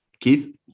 Keith